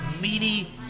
meaty